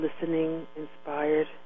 listening-inspired